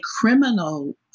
criminal